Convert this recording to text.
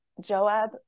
Joab